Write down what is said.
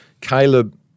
Caleb